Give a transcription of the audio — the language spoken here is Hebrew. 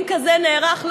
אם נערך כזה,